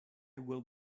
will